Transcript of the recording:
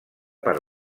per